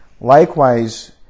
likewise